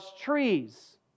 trees